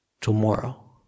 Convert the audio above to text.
tomorrow